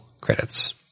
credits